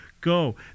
Go